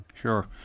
Sure